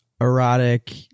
erotic